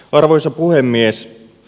arvoisa puhemies